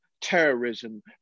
terrorism